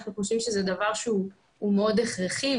אנחנו חושבים שזה דבר שהוא מאוד הכרחי,